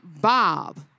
Bob